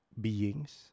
beings